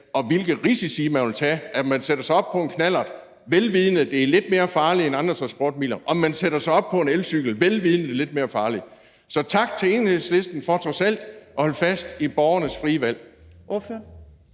hvilke risici man vil tage, når man sætter sig op på en knallert, vel vidende at det er lidt mere farligt end andre transportmidler, eller når man sætter sig op på en elcykel, vel vidende at det er lidt mere farligt. Så tak til Enhedslisten for trods alt at holde fast i borgernes frie valg.